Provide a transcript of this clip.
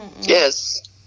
Yes